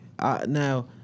now